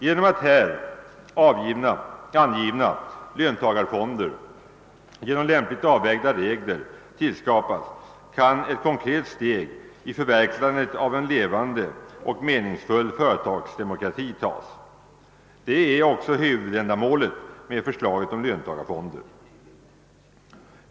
Genom att här angiva löntagarfonder genom lämpligt avvägda regler tillskapas kan ett steg mot förverkligandet av en levande och meningsfull företagsdemokrati tas. Detta är också huvudändamålet med förslaget om löntagarfonder.